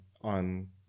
on